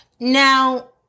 Now